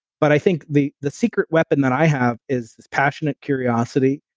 but i think the the secret weapon that i have is this passion of curiosity.